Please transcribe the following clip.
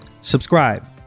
subscribe